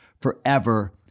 forever